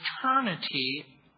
eternity